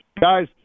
Guys